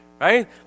right